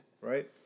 right